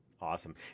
Awesome